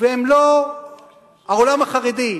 והם לא העולם החרדי,